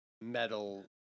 metal